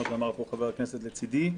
כמו שאמר פה חבר הכנסת לצדי.